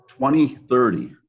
2030